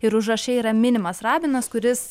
ir užraše yra minimas rabinas kuris